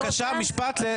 הפעם לא, אנחנו ממהרים.